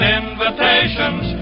invitations